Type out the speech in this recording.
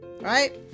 right